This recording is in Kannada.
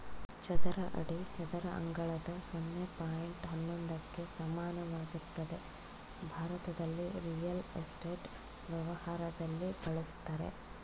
ಚದರ ಅಡಿ ಚದರ ಅಂಗಳದ ಸೊನ್ನೆ ಪಾಯಿಂಟ್ ಹನ್ನೊಂದಕ್ಕೆ ಸಮಾನವಾಗಿರ್ತದೆ ಭಾರತದಲ್ಲಿ ರಿಯಲ್ ಎಸ್ಟೇಟ್ ವ್ಯವಹಾರದಲ್ಲಿ ಬಳುಸ್ತರೆ